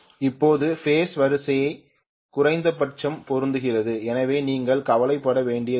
இப்போது பேஸ் வரிசை குறைந்தபட்சம் பொருந்துகிறது எனவே நீங்கள் கவலைப்பட வேண்டியதில்லை